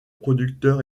producteur